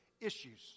issues